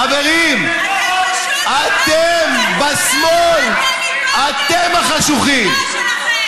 חברים, אתם בשמאל, אתם החשוכים.